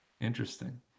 Interesting